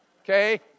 okay